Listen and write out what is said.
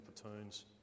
platoons